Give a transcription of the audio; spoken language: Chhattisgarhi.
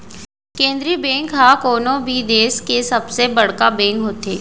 केंद्रीय बेंक ह कोनो भी देस के सबले बड़का बेंक होथे